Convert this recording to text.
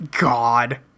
God